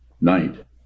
night